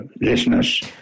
listeners